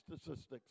statistics